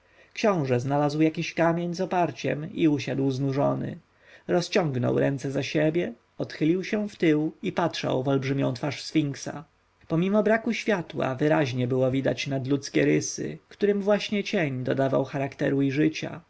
książę znalazł jakiś kamień z oparciem i usiadł znużony rozciągnął ręce za siebie odchylił się i patrzył w olbrzymią twarz sfinksa pomimo braku światła wyraźnie było widać nadludzkie rysy którym właśnie cień dodawał charakteru i życia